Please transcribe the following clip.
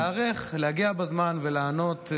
להיערך, להגיע בזמן ולענות.